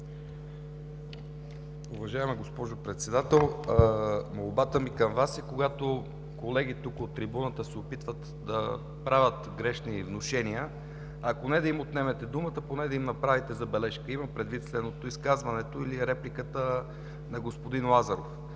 Уважаема госпожо Председател, молбата ми към Вас е: когато колеги тук, от трибуната, се опитват да правят грешни внушения, ако не да им отнемете думата, поне да им направите забележка. Имам предвид следното: изказването или репликата на господин Лазаров,